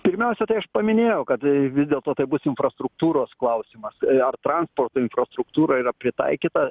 pirmiausia tai aš paminėjau kad vis dėlto tai bus infrastruktūros klausimas ar transporto infrastruktūra yra pritaikyta